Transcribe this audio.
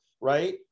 right